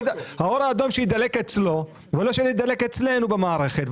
שהאור האדום יידלק אצלו ולא אצלנו במערכת.